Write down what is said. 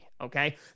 Okay